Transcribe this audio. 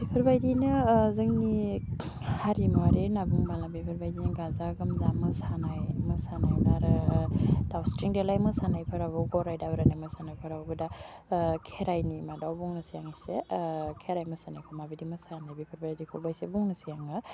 बेफोरबायदिनो जोंनि हारिमुवारि होन्ना बुंबोला बिफोरबायदिनो गाजा गोमजा मोसानाय मोसानायावनो आरो दावस्रिं देलाय मोसानायफोरावबो गराय दाब्रायनाय मोसानायफोरावबो दा खेराइनि मादाव बुंनोसै आं एसे खेराइ मोसानायखौ माबायदि मोसानाय बेफोरबायदिखौबो एसे बुंनोसै आङो